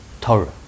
Torah